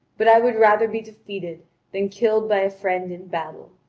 but i would rather be defeated than killed by a friend in battle.